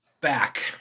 back